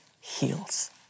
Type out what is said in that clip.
heals